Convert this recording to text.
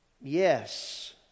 Yes